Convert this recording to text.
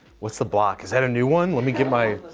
what's the block? is that a new one? let me get my.